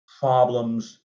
problems